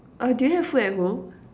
uh do you have food at home